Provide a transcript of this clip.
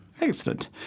Excellent